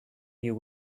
you